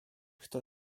kto